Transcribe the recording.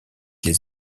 les